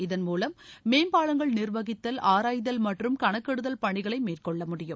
இதன் மூலம் மேம்பாலங்கள் நிர்வகித்தல் ஆராய்தல் மற்றும் கணக்கிடுதல் பணிகளை மேற்கொள்ள முடியும்